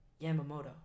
Yamamoto